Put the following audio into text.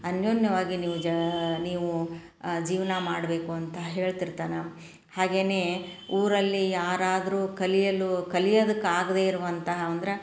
ಅನ್ಯೋನ್ಯವಾಗಿ ನೀವು ಜ ನೀವು ಜೀವನ ಮಾಡಬೇಕು ಅಂತ ಹೇಳ್ತಿರ್ತಾನೆ ಹಾಗೆಯೇ ಊರಲ್ಲಿ ಯಾರಾದರೂ ಕಲಿಯಲು ಕಲಿಯದಕ್ಕೆ ಆಗದೇ ಇರುವಂತಹ ಅಂದ್ರೆ